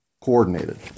coordinated